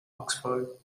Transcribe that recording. oxford